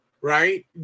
Right